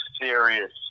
serious